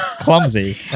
clumsy